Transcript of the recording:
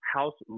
House